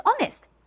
honest